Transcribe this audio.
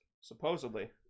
Supposedly